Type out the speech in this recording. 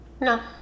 No